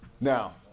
Now